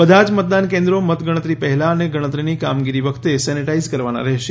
બધા જ મતદાન કેન્દ્રો મતગણતરી પહેલાં અને ગણતરીની કામગીરી વખતે સેનીટાઇઝ કરવાના રહેશે